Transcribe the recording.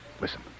Listen